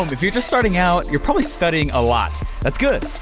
um if you are just starting out, you're probably studying a lot, that's good,